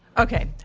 okay.